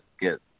get